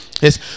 yes